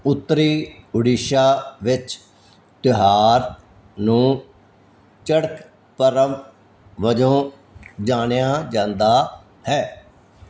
ਉੱਤਰੀ ਓਡੀਸ਼ਾ ਵਿੱਚ ਤਿਉਹਾਰ ਨੂੰ ਚੜਕ ਪਰਵ ਵਜੋਂ ਜਾਣਿਆ ਜਾਂਦਾ ਹੈ